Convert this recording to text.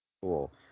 Cool